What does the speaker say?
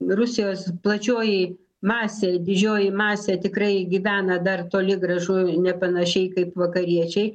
rusijos plačioji masė didžioji masė tikrai gyvena dar toli gražu ne panašiai kaip vakariečiai